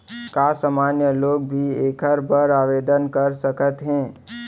का सामान्य लोग भी एखर बर आवदेन कर सकत हे?